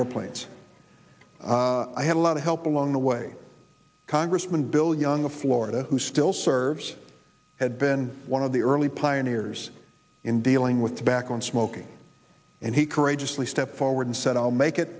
airplanes i had a lot of help along the way congressman bill young of florida who still serves had been one of the early pioneers in dealing with tobacco and smoking and he courageously stepped forward and said i'll make it